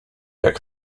jak